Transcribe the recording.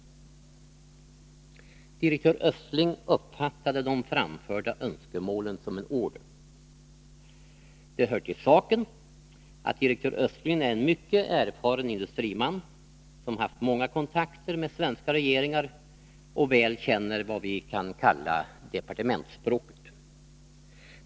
Direktör Östling uppfattade de framförda önskemålen som en order. Det hör till saken att direktör Östling är en mycket erfaren industriman, som har haft många kontakter med svenska regeringar och väl känner vad vi kan kalla departementsspråket.